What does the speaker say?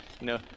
No